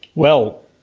well,